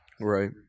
Right